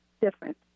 different